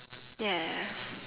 ya